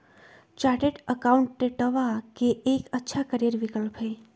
chartered अकाउंटेंटवा के एक अच्छा करियर विकल्प हई